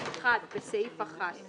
(1)בסעיף 1,